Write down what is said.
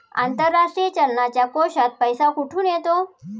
आंतरराष्ट्रीय चलनाच्या कोशात पैसा कुठून येतो?